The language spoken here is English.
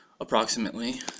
Approximately